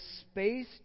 space